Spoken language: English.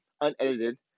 unedited